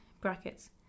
Brackets